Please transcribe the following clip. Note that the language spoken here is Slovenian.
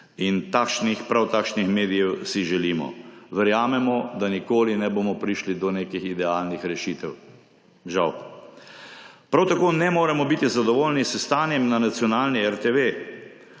In prav takšnih medijev si želimo. Verjamemo, da nikoli ne bomo prišli do nekih idealnih rešitev, žal. Prav tako ne moremo biti zadovoljni s stanjem na nacionalni RTV.